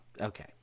Okay